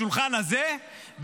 בשולחן הזה,